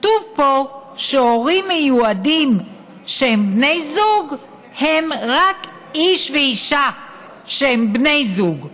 כתוב בו שהורים מיועדים שהם בני זוג הם רק איש ואישה שהם בני זוג.